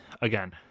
again